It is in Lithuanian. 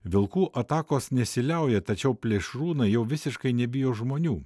vilkų atakos nesiliauja tačiau plėšrūnai jau visiškai nebijo žmonių